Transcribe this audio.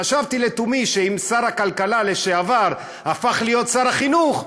חשבתי לתומי שאם שר הכלכלה לשעבר הפך להיות שר החינוך,